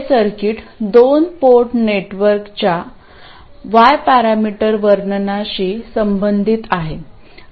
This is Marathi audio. हे सर्किट दोन पोर्ट नेटवर्कच्या y पॅरामीटर वर्णनाशी संबंधित आहे